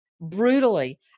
brutally